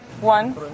one